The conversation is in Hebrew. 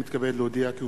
הנני מתכבד להודיעכם,